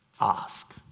Ask